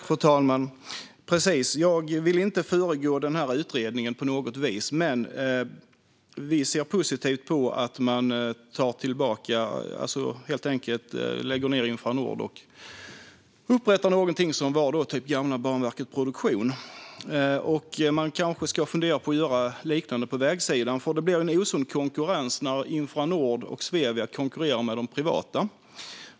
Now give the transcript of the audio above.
Fru talman! Jag vill inte föregå utredningen på något vis, men vi ser positivt på att man kanske helt enkelt lägger ned Infranord och upprättar något som var som det gamla Banverket Produktion. Kanske borde man fundera på att göra något liknande på vägsidan. Det blir en osund konkurrens när Infranord och Svevia konkurrerar med de privata.